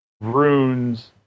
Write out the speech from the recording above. Runes